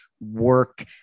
work